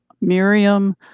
Miriam